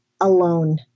alone